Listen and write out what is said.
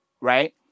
right